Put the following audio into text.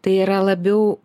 tai yra labiau